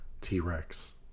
t-rex